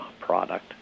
product